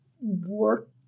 work